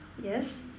yes